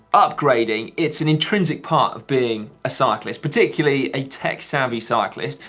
upgrading, it's an intrinsic part of being a cyclist. particularly a tech-savvy cyclist,